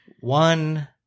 one